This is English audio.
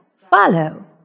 follow